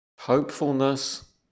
hopefulness